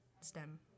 STEM